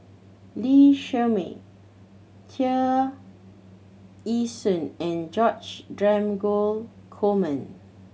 Lee Shermay Tear Ee Soon and George Dromgold Coleman